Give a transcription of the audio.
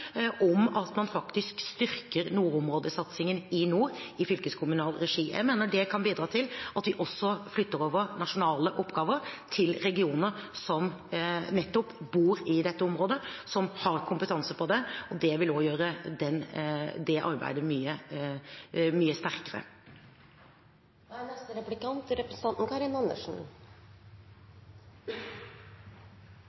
om at man faktisk styrker nordområdesatsingen i fylkeskommunal regi. Jeg mener det kan bidra til at vi også flytter over nasjonale oppgaver til regionene som nettopp er i dette området, som har kompetanse på det. Det vil også gjøre det arbeidet mye sterkere. Det er